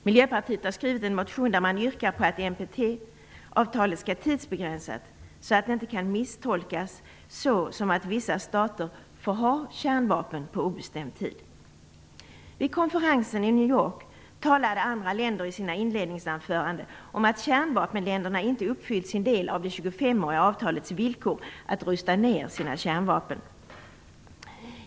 Miljöpartiet har skrivit en motion där vi yrkar på att NPT-avtalet skall tidsbegränsas så att det inte kan misstolkas som att vissa stater får ha kärnvapen på obestämd tid. Vid konferensen i New York talade andra länder i sina inledningsanföranden om att kärnvapenländerna inte uppfyllt sin del av det 25-åriga avtalets villkor och rustat ned sina kärnvapen.